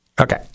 Okay